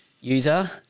user